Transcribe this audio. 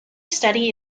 study